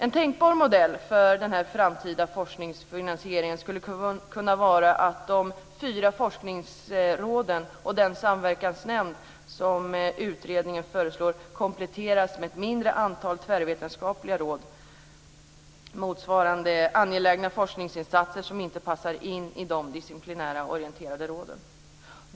En tänkbar modell för den framtida forskningsfinansieringen skulle kunna vara att de fyra forskningsråd och den samverkansnämnd som utredningen föreslår kompletteras med ett mindre antal tvärvetenskapliga råd, motsvarande angelägna forskningsinsatser som inte passar in i de disciplinärt orienterade råden.